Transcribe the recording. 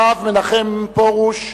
הרב מנחם פרוש,